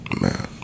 Man